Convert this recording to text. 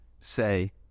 say